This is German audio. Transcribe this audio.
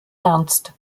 ernst